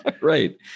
Right